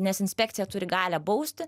nes inspekcija turi galią bausti